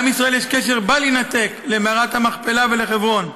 לעם ישראל יש קשר בל-יינתק למערת המכפלה ולחברון,